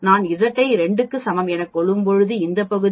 நான் Z ஐ 2 க்கு சமம் என கொள்ளும்பொழுது இந்த பகுதி 0